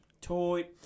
Toy